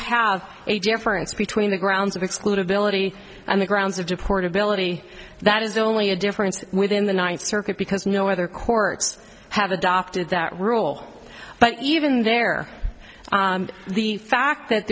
have a difference between the grounds of exclude ability and the grounds of deport ability that is only a difference within the ninth circuit because no other courts have adopted that rule but even there the fact that